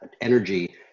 energy